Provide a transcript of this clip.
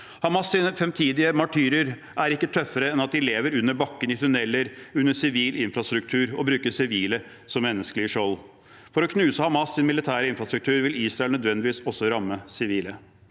Hamas’ fremtidige martyrer er ikke tøffere enn at de lever under bakken i tunneler, under sivil infrastruktur, og bruker sivile som menneskelige skjold. For å knuse Hamas’ militære infrastruktur vil Israel nødvendigvis også ramme sivile.